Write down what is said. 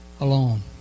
alone